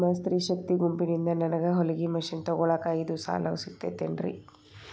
ನಿಮ್ಮ ಸ್ತ್ರೇ ಶಕ್ತಿ ಗುಂಪಿನಿಂದ ನನಗ ಹೊಲಗಿ ಮಷೇನ್ ತೊಗೋಳಾಕ್ ಐದು ಸಾಲ ಸಿಗತೈತೇನ್ರಿ?